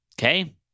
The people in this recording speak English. Okay